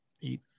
eat